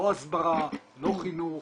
לא הסברה, לא חינוך,